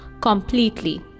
completely